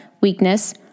weakness